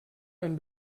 ein